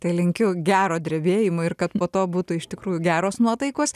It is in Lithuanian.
tai linkiu gero drebėjimo ir kad po to būtų iš tikrųjų geros nuotaikos